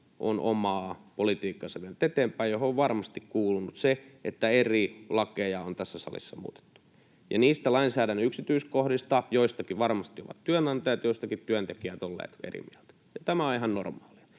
omaa politiikkaansa, johon on varmasti kuulunut se, että eri lakeja on tässä salissa muutettu. Niistä lainsäädännön yksityiskohdista joistakin ovat varmasti työnantajat, joistakin työntekijät olleet eri mieltä, ja tämä on ihan normaalia.